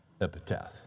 epitaph